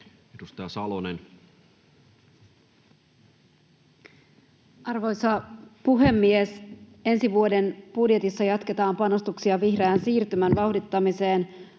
17:17 Content: Arvoisa puhemies! Ensi vuoden budjetissa jatketaan panostuksia vihreän siirtymän vauhdittamiseen,